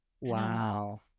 Wow